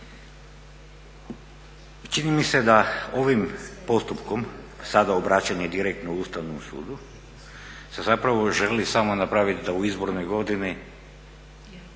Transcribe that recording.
Čini mi se da ovim postupkom sada obraćanje direktno Ustavnom sudu se zapravo želi samo napraviti da u izbornoj godini